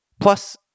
Plus